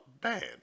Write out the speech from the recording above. bad